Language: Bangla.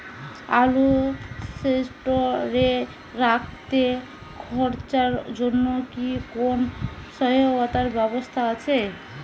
আলু স্টোরে রাখতে খরচার জন্যকি কোন সহায়তার ব্যবস্থা আছে?